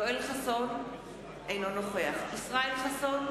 אינו נוכח ישראל חסון,